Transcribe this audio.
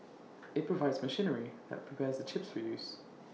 IT provides machinery that prepares the chips for use